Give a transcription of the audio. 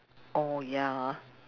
oh ya ah